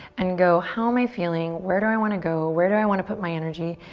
and go, how am i feeling? where do i want to go? where do i want to put my energy?